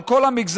על כל המגזרים,